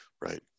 Right